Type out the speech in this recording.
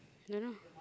don't know